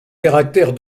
caractère